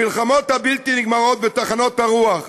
המלחמות הבלתי-נגמרות בטחנות הרוח,